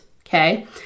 okay